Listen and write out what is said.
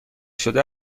شده